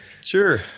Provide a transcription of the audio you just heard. sure